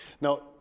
Now